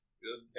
good